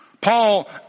Paul